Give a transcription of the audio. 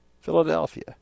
philadelphia